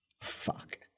fuck